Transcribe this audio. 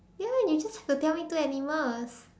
ya you just have to tell me two animals